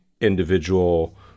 individual